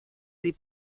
sie